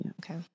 Okay